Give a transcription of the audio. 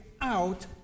out